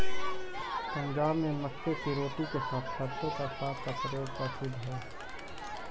पंजाब में मक्के की रोटी के साथ सरसों का साग का प्रयोग प्रसिद्ध हई